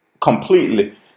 completely